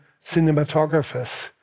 cinematographers